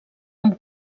amb